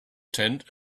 tent